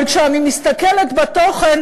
אבל כשאני מסתכלת בתוכן,